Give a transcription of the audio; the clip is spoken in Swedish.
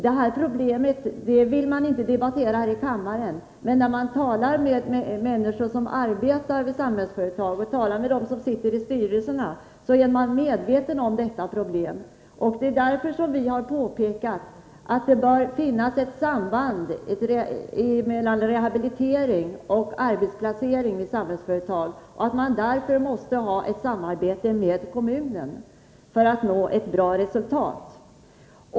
Det här problemet vill ni inte debattera här i kammaren — men när man talar med människor som arbetar vid Samhällsföretag eller med dem som sitter i styrelserna finner man att de är medvetna om svårigheterna. Det är därför vi har påpekat att det bör finnas ett samband mellan rehabilitering och arbetsplacering vid Samhällsföretag och att man måste ha ett samarbete med kommunerna för att nå ett bra resultat.